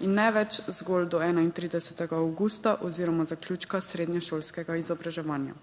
in ne več zgolj do 31. avgusta oziroma zaključka srednješolskega izobraževanja.